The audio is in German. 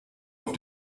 auf